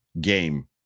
game